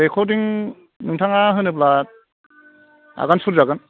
रेकरदिं नोंथाङा होनोब्ला आगान सुरजागोन